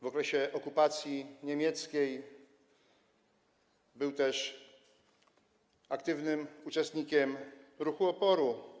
W okresie okupacji niemieckiej był aktywnym uczestnikiem ruchu oporu.